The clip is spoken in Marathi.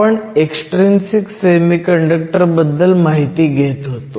आपण एक्सट्रिंसिक सेमीकंडक्टर बद्दल माहिती घेत होतो